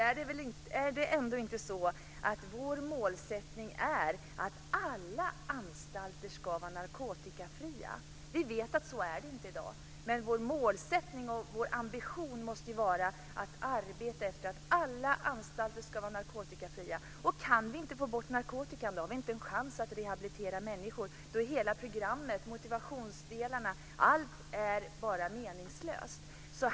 Är inte vår målsättning är att alla anstalter ska vara narkotikafria? Vi vet att det inte är så i dag, men vår målsättning och ambition måste vara att alla anstalter ska vara narkotikafria. Kan vi inte få bort narkotikan har vi ingen chans att rehabilitera människor. Då är hela programmet och motivationsdelarna meningslösa.